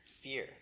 fear